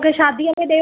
हा